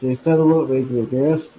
ते सर्व वेगवेगळे असतील